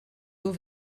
haut